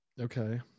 Okay